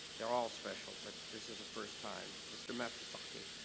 they're all special but this is a first time mr. matsuzaki